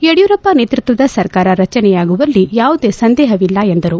ಯಡಿಯೂರಪ್ಪ ನೇತೃತ್ವದ ಸರ್ಕಾರ ರಚನೆಯಾಗುವಲ್ಲಿ ಯಾವುದೇ ಸಂದೇಹವಿಲ್ಲ ಎಂದರು